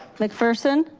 mcpherson?